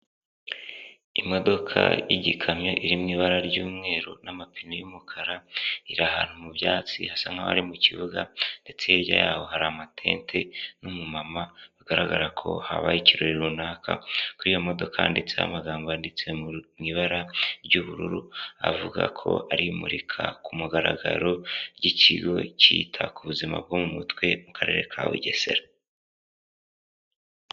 Imodoka y'igikamyo iri mu ibara ry'umweru n'amapine y'umukara iri ahantu mu byatsi hasa nk'aho ari mu kibuga, ndetse hirya yaho hari amatente n'umumama, hagaragara ko habaye ikirori runaka, kuri iyo modoka handitseho amagambo yanditse mu ibara ry'ubururu avuga ko ari imurika ku mugaragaro ry'ikigo cyita ku buzima bwo mu mutwe mu karere ka bugesera.